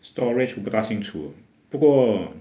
storage 我不大清楚不过